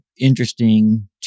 interesting